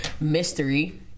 mystery